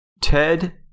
Ted